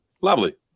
Lovely